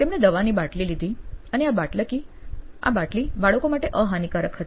તેમણે દવાની બાટલી લીધી અને આ બાટલી બાળકો માટે અહાનિકારક હતી